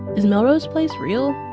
is melrose place real?